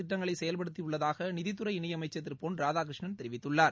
திட்டங்களை செயல்படுத்தியுள்ளதாக நிதித்துறை இளண அமைச்சர் திரு பொன் ராதாகிருஷ்ணன் தெரிவித்துள்ளார்